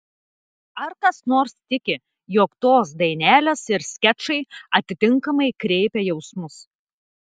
ar kas nors tiki jog tos dainelės ir skečai atitinkamai kreipia jausmus